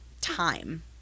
time